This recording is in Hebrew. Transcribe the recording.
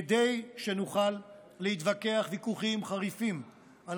כדי שנוכל להתווכח ויכוחים חריפים על